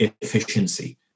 efficiency